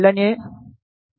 A S